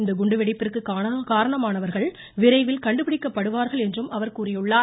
இந்த குண்டுவெடிப்பிந்கு காரணமானவர்கள் விரைவில் கண்டுபிடிக்கப்படுவார்கள் என்றும் அவர் கூறியுள்ளார்